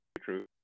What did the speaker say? true